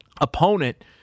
opponent